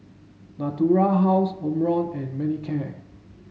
Natura House Omron and Manicare